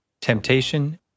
temptation